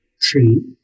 tree